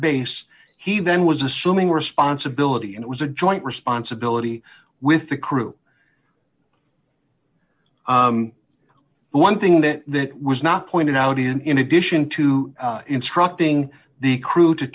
base he then was assuming responsibility and it was a joint responsibility with the crew but one thing that was not pointed out in in addition to instructing the crew to